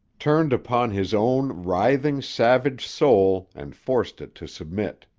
turned upon his own writhing, savage soul and forced it to submit.